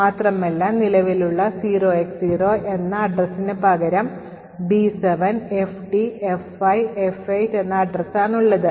മാത്രമല്ല നിലവിലുള്ള 0X0 എന്ന addressന് പകരം B7FTF5F8 എന്ന address ആണുള്ളത്